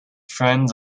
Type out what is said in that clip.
friend